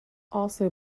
also